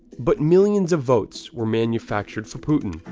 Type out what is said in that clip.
but millions of votes were manufactured for putin,